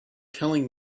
telling